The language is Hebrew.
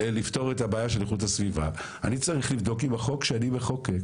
לפתור את הבעיה של איכות הסביבה אני צריך לבדוק אם החוק שאני מחוקק